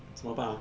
怎么办 ah